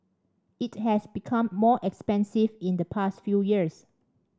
it has become more expensive in the past few years